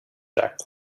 jack